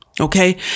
Okay